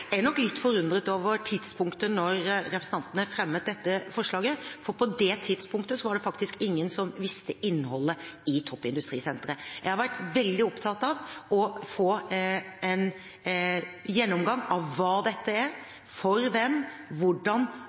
Jeg er nok litt forundret over tidspunktet representantene fremmet dette forslaget på, for på det tidspunktet var det faktisk ingen som kjente innholdet i toppindustrisenteret. Jeg har vært veldig opptatt av å få en gjennomgang av hva dette er, for hvem, hvordan